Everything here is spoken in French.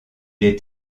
est